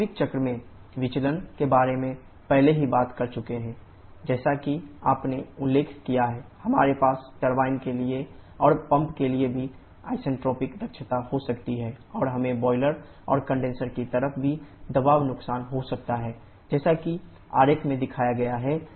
वास्तविक चक्र में विचलन के बारे में पहले ही बात कर चुके हैं जैसा कि आपने उल्लेख किया है हमारे पास टरबाइन के लिए और पंप के लिए भी आइसेंट्रोपिक दक्षता हो सकती है और हमें बॉयलर और कंडेनसर की तरफ भी दबाव नुकसान हो सकता है जैसा कि आरेख में दिखाया गया है